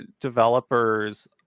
developers